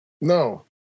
No